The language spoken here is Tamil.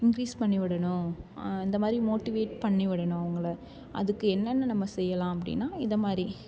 இன்க்ரீஸ் பண்ணி விடணும் இந்த மாதிரி மோட்டிவேட் பண்ணி விடணும் அவங்கள அதுக்கு என்னென்ன நம்ம செய்யலாம் அப்படினா இந்த மாதிரி